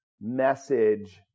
message